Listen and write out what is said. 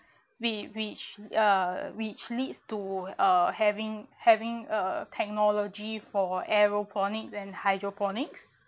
whi~ which uh which leads to uh having having a technology for aeroponics and hydroponics